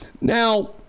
Now